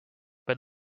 but